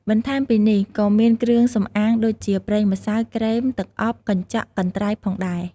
បន្ថែមពីនេះ ក៏មានគ្រឿងសំអាងដូចជា ប្រេងម្សៅ ក្រេម ទឹកអប កញ្ចក់ កន្ត្រៃផងដែរ។